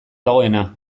dagoena